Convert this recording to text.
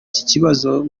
kibazo